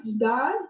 God